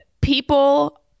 people